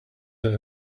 that